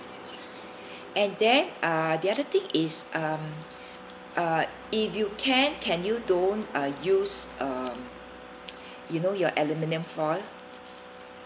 and then uh the other thing is um uh if you can can you don't uh use uh you know your aluminum foil